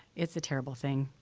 it's a terrible thing.